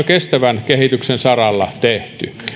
kestävän kehityksen saralla jo tehty